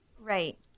Right